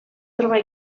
trobar